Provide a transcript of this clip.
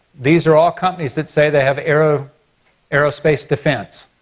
these are all companies that say they have aerospace aerospace defense.